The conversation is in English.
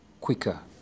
quicker